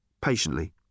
patiently